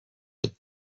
but